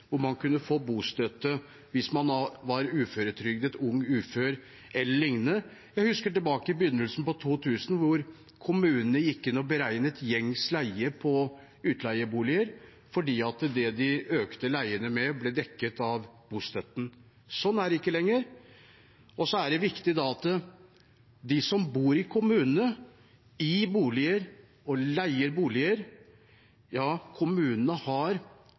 man kunne få bostøtte hvis man var uføretrygdet, ung ufør e.l. Jeg husker tilbake til begynnelsen av 2000-tallet, da kommunene gikk inn og beregnet gjengs leie på utleieboliger, fordi det de økte leiene med, ble dekket av bostøtten. Sånn er det ikke lenger. Det er viktig å si når det gjelder dem som leier bolig, at kommunene